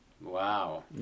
Wow